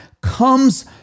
comes